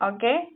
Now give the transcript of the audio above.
Okay